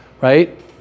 right